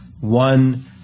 one